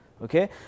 Okay